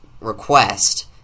request